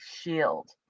shield